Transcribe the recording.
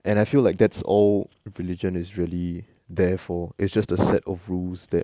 and I feel like that's all religion is really there for it's just a set of rules that